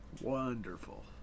Wonderful